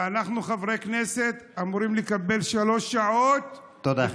ואנחנו, חברי הכנסת, אמורים לקבל שלוש שעות, תודה.